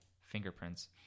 fingerprints